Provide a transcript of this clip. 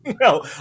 No